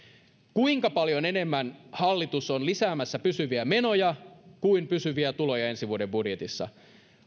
kuinka paljon enemmän hallitus on lisäämässä pysyviä menoja kuin pysyviä tuloja ensi vuoden budjetissa